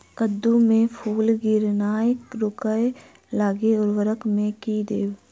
कद्दू मे फूल गिरनाय रोकय लागि उर्वरक मे की देबै?